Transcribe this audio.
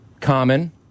Common